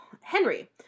Henry